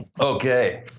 Okay